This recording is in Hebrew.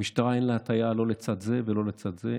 למשטרה אין הטיה לא לצד זה ולא לצד זה.